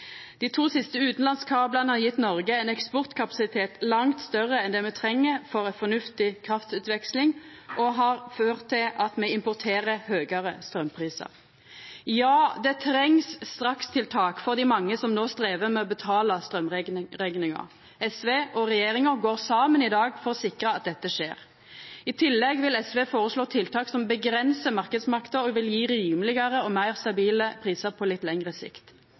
Dei to siste utanlandskablane har gjeve Noreg ein eksportkapasitet langt større enn det me treng for ei fornuftig kraftutveksling. Det har ført til at me importerer høgare straumprisar. Ja, det trengst strakstiltak for dei mange som no strevar med å betala straumrekninga. SV og regjeringa går saman i dag for å sikra at dette skjer. I tillegg vil SV føreslå tiltak som avgrensar marknadsmakta og vil gje rimelegare og meir stabile prisar på litt lengre sikt.